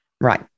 Right